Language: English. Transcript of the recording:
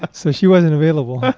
so she wasn't available.